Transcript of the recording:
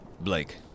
Blake